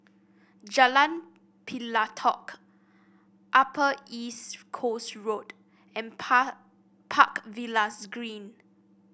Jalan Pelatok Upper East Coast Road and Par Park Villas Green